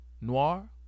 Noir